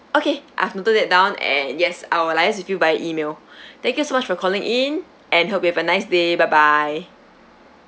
okay I've noted that down and yes I will liaise with you by email thank you so much for calling in and hope you have a nice day bye bye